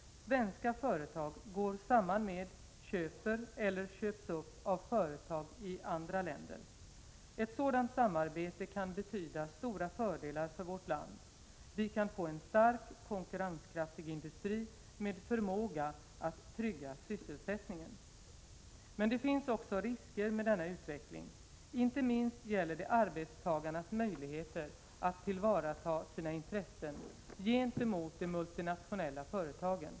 Svenska företag går samman med, köper eller köps upp av företag i andra länder. Ett sådant samarbete kan betyda stora fördelar för vårt land. Vi kan få en stark, konkurrenskraftig industri med förmåga att trygga sysselsättningen. Men det finns också risker med denna utveckling. Inte minst gäller det arbetstagarnas möjligheter att tillvarata sina intressen gentemot de multinationella företagen.